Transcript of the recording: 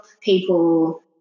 people